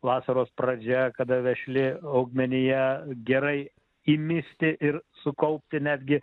vasaros pradžia kada vešli augmenija gerai įmisti ir sukaupti netgi